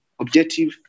objective